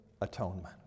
atonement